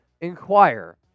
inquire